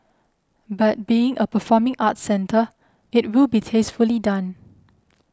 but being a performing arts centre it will be tastefully done